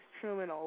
Truman